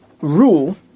rule